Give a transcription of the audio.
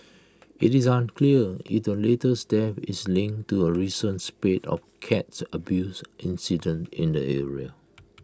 IT is unclear IT latest death is link to A recent spate of cats abuse incidents in the area